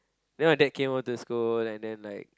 then my dad came over to school and then like